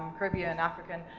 caribbean, and african,